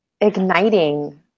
igniting